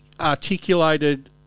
articulated